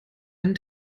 einen